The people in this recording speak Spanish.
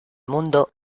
mundo